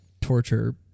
torture